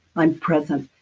i'm present.